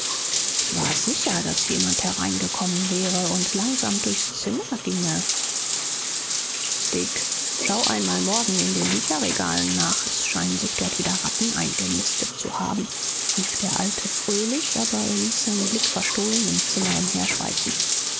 ich war sicher daß jemand hereingekommen wäre und langsam durchs zimmer ginge dick schau einmal morgen in den bücherregalen nach es scheinen sich dort wieder ratten eingenistet zu haben rief der alte fröhlich aber er ließ seinen blick verstohlen im zimmer